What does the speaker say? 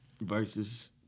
Versus